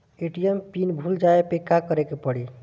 ATM PIN भूल जाए पे का करे के पड़ी?